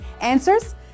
answers